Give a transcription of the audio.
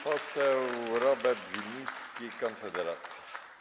Poseł Robert Winnicki, Konfederacja.